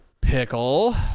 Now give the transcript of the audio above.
Pickle